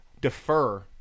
defer